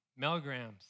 Melgrams